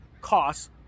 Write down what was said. costs